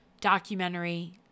documentary